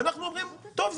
ואנחנו אומרים: טוב,